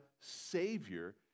Savior